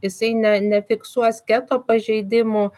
jisai ne nefiksuos keto pažeidimų